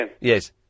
Yes